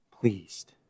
pleased